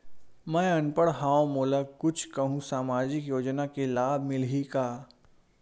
मैं अनपढ़ हाव मोला कुछ कहूं सामाजिक योजना के लाभ मिलही का?